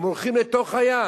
הם הולכים לתוך הים,